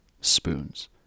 spoons